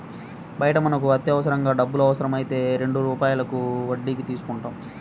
బయట మనకు అత్యవసరంగా డబ్బులు అవసరమైతే రెండు రూపాయల వడ్డీకి తీసుకుంటాం